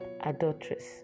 adulteress